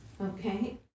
Okay